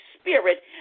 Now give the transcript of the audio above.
spirit